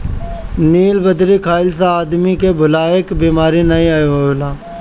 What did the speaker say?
नीलबदरी खइला से आदमी के भुलाए के बेमारी नाइ होला